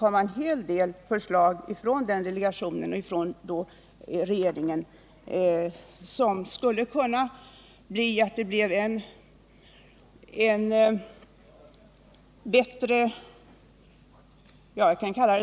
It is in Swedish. Man planerade förslag som skulle innebära att vi fick en bättre